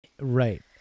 Right